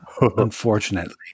Unfortunately